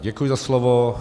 Děkuji za slovo.